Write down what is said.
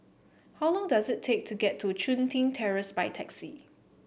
how long does it take to get to Chun Tin Terrace by taxi